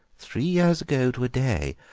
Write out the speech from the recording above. three years ago to a day,